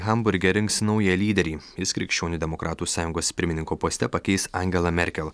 hamburge rinks naują lyderį jis krikščionių demokratų sąjungos pirmininko poste pakeis angelą merkel